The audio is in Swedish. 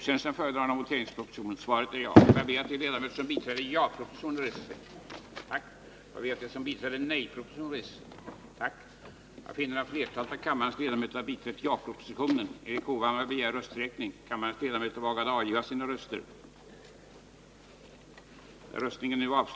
Herr talman!